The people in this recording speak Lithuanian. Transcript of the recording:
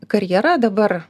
karjera dabar